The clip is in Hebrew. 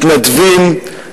מתנדבים,